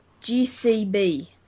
GCB